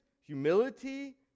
humility